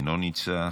אינו נמצא,